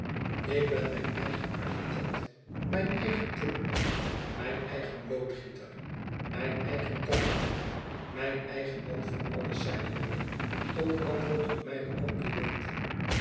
ik ben mijn eigen architect mijn eigen timmerman mijn eigen loodgieter mijn eigen tuinman mijn eigen man van alles zeide wemmick tot antwoord op mijne complimenten